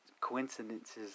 coincidences